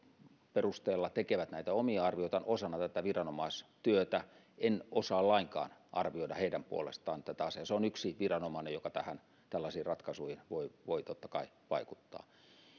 perusteella tekevät näitä omia arvioitaan osana tätä viranomaistyötä en osaa lainkaan arvioida heidän puolestaan tätä asiaa se on yksi viranomainen joka tällaisiin ratkaisuihin voi totta kai vaikuttaa